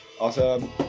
Awesome